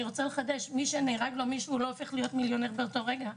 אני רוצה לחדש: מי שנהרג לו מישהו לא הופך להיות מיליונר באותו הרגע.